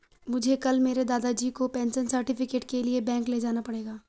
मुझे कल मेरे दादाजी को पेंशन सर्टिफिकेट के लिए बैंक ले जाना पड़ेगा